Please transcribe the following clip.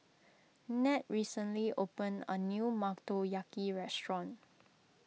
Ned recently opened a new Motoyaki restaurant